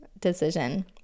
decision